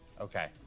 Okay